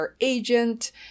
agent